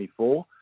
2024